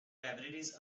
libraries